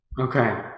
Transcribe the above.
Okay